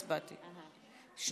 ועוד